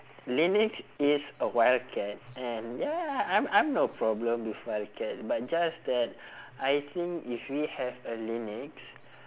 lynx is a wild cat and ya I'm I'm no problem with wild cat but just that I think if we have a lynx